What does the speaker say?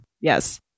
Yes